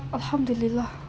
alhamdulillah